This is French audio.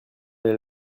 les